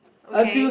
okay